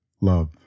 love